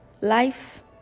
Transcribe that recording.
life